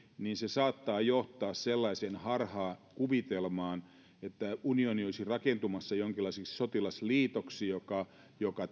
niin se saattaa johtaa sellaiseen harhakuvitelmaan että unioni olisi rakentumassa jonkinlaiseksi sotilasliitoksi joka joka